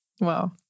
wow